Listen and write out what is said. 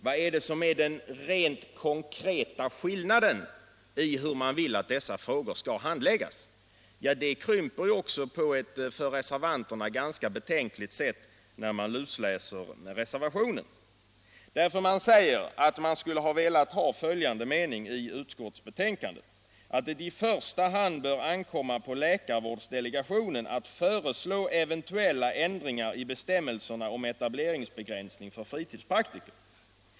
Vad är det för konkret skillnad i hur man vill att dessa frågor skall handläggas? Ja, den skillnaden krymper också på ett för reservanterna ganska betänkligt sätt. Enligt reservationen ”bör det i första hand ankomma på läkarvårdsdelegationen att föreslå eventuella ändringar i bestämmelserna om etableringsbegränsning för fritidspraktiker”.